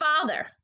father